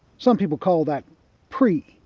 some people call that pre-yesterday.